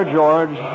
George